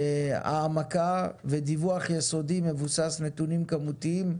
העמקה ודיווח יסודי מבוסס נתונים כמותיים,